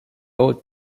old